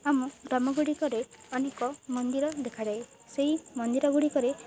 ଆମ ଗ୍ରାମଗୁଡ଼ିକରେ ଅନେକ ମନ୍ଦିର ଦେଖାଯାଏ ସେଇ ମନ୍ଦିର ଗୁଡ଼ିକରେ